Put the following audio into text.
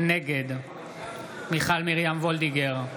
נגד מיכל מרים וולדיגר,